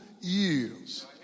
years